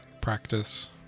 Practice